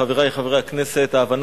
חבר הכנסת מיכאל